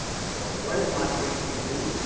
so what does mod pagespeed do?